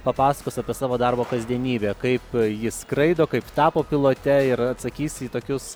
papasakos apie savo darbo kasdienybę kaip ji skraido kaip tapo pilote ir atsakys į tokius